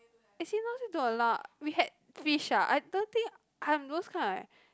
actually not say don't allow we had fish ah I don't think I'm those kind of like